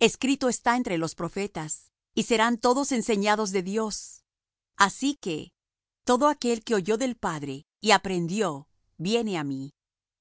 escrito está en los profetas y serán todos enseñados de dios así que todo aquel que oyó del padre y aprendió viene á mí